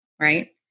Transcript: right